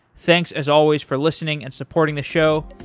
thanks as always for listening and supporting the show,